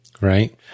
right